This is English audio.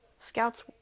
Scouts